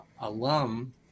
alum